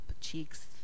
cheeks